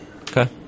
Okay